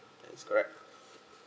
that is correct